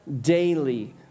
daily